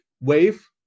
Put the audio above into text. wave